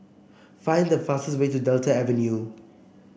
find the fastest way to Delta Avenue